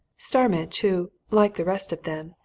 starmidge, who, like the rest of them,